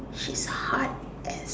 she's hot as